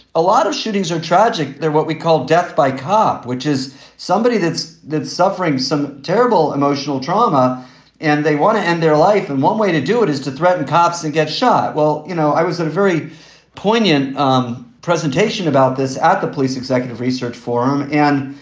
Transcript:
a lot of shootings are tragic. they're what we call death by cop, which is somebody that's that's suffering some terrible emotional trauma and they want to end their life. and one way to do it is to threaten cops and get shot. well, you know, i was a very poignant um presentation about this at the police executive research forum. and,